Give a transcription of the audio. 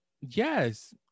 yes